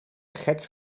gek